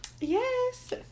Yes